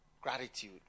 gratitude